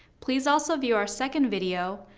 please also view our second video,